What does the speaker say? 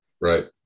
Right